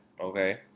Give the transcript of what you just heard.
okay